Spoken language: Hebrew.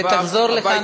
ותחזור לכאן,